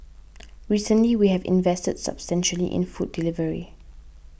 recently we have invested substantially in food delivery